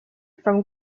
from